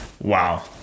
Wow